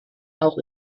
auch